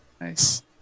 nice